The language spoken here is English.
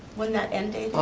when that end date